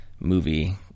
movie